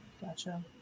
Gotcha